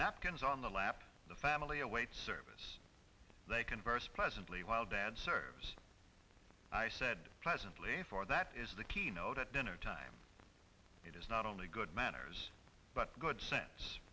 napkins on the lap of the family awaits service they converse pleasantly while bad service i said pleasantly for that is the keynote at dinner time it is not only good manners but good sense